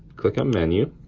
click on menu,